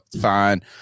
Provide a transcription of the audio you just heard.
fine